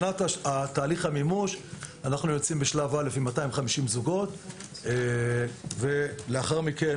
בתהליך המימוש אנחנו יוצאים בשלב א' עם 250 זוגות ולאחר מכן